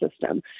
system